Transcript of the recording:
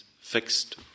fixed